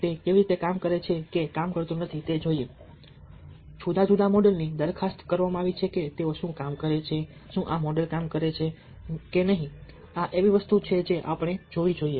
તે કેવી રીતે કામ કરે છે કે કામ કરતું નથી અને કેવી રીતે જુદા જુદા મોડલની દરખાસ્ત કરવામાં આવી છે અને શું તેઓ કામ કરે છે આ મૉડલ કામ કરે છે કે નહીં આ એવી વસ્તુ છે જે આપણે જોવી જોઈએ